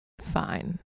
fine